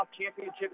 championship